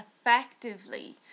effectively